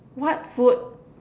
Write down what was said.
what food